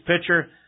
pitcher